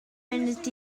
munud